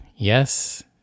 Yes